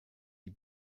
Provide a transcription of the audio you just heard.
die